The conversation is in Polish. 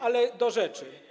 Ale do rzeczy.